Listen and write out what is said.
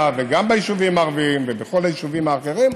וגם ביישובים הערביים ובכל היישובים האחרים.